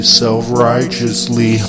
self-righteously